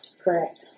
Correct